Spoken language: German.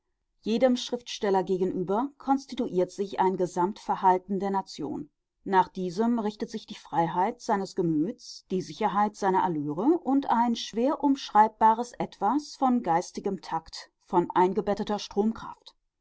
jedem schriftsteller gegenüber konstituiert sich ein gesamtverhalten der nation nach diesem richtet sich die freiheit seines gemüts die sicherheit seiner allüre und ein schwer umschreibbares etwas von geistigem takt von eingebetteter